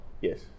Yes